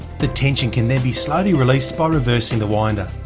the tension can then be slowly released by reversing the winder,